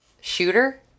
Shooter